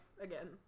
again